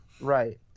right